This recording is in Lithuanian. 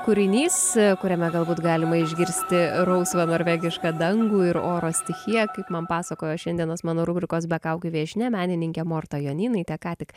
kūrinys kuriame galbūt galima išgirsti rausvą norvegišką dangų ir oro stichiją kaip man pasakojo šiandienos mano rubrikos be kaukių viešnia menininkė morta jonynaitė ką tik